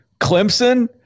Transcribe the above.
Clemson